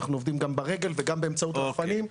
אנחנו עובדים גם ברגל וגם באמצעות רחפנים.